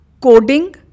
Coding